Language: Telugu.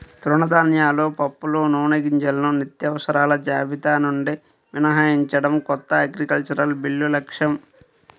తృణధాన్యాలు, పప్పులు, నూనెగింజలను నిత్యావసరాల జాబితా నుండి మినహాయించడం కొత్త అగ్రికల్చరల్ బిల్లు లక్ష్యం